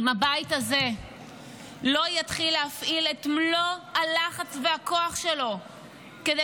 אם הבית הזה לא יתחיל להפעיל את מלוא הלחץ והכוח שלו כדי